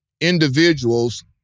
individuals